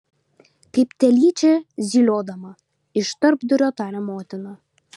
kaip telyčia zyliodama iš tarpdurio taria motina